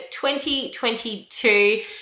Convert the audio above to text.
2022